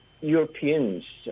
Europeans